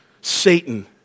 Satan